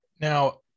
Now